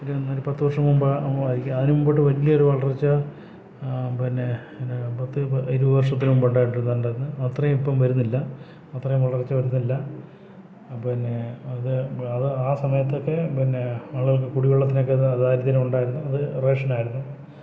ഒരു പത്ത് വർഷം മുമ്പായിരിക്കും അതിന് മുമ്പോട്ട് വലിയ ഒരു വരൾച്ച പിന്നെ പിന്നെ പത്ത് ഇരുപത് വർഷത്തിന് മുമ്പ് ഉണ്ടായിട്ടുണ്ടായിരുന്നത് അത്രയും ഇപ്പം വരുന്നില്ല അത്രയും വരൾച്ച വരുന്നില്ല ആ പിന്നെ അത് അത് ആ സമയത്തൊക്കെ പിന്നെ ആളുകൾക്ക് കുടിവെള്ളത്തിനൊക്കെ ദാരിദ്ര്യം ഉണ്ടായിരുന്നു അത് റേഷൻ ആയിരുന്നു